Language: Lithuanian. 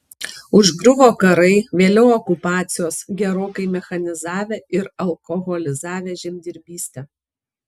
užgriuvo karai vėliau okupacijos gerokai mechanizavę ir alkoholizavę žemdirbystę